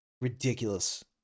ridiculous